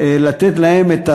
לתת להם את הסיוע,